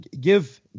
give